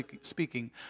speaking